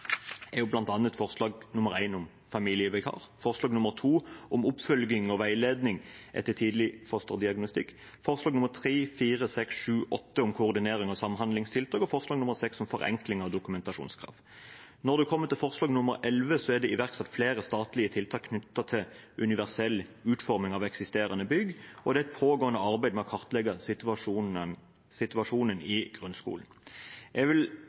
er forslag nr. 1 i representantforslaget, om familievikar, forslag nr. 2, om oppfølging og veiledning etter tidlig fosterdiagnostikk, forslagene nr. 3, 4, 6, 7 og 8, om koordinering og samhandlingstiltak og om forenkling av dokumentasjonskrav. Når det kommer til forslag nr. 11, er det iverksatt flere statlige tiltak knyttet til universell utforming av eksisterende bygg, og det er et pågående arbeid med å kartlegge situasjonen i grunnskolen. Jeg vil